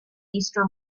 easter